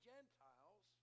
Gentiles